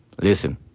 Listen